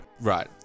right